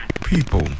people